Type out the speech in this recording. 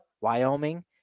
Wyoming